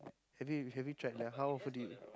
have you have you tried ya how often did you eat